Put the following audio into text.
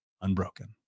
unbroken